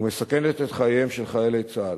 ומסכנת את חייהם של חיילי צה"ל.